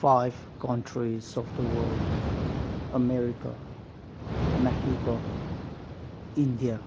five countries of the world America Mexico India